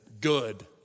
good